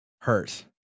hurt